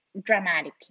dramatically